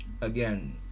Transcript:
Again